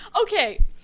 Okay